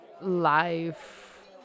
life